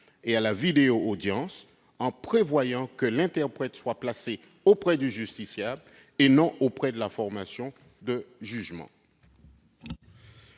et à la vidéo-audience, en prévoyant que l'interprète soit présent au côté du justiciable, et non auprès de la formation de jugement.